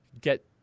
get